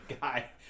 guy